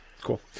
cool